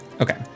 Okay